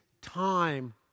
time